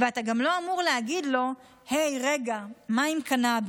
אתה גם לא אמור להגיד לו: הי, רגע, מה עם קנביס?